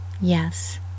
yes